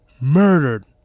murdered